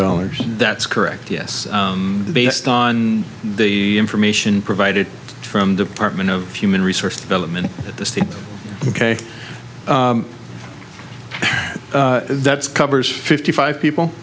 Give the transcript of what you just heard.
dollars that's correct yes based on the information provided from department of human resource development at the state ok that's covers fifty five people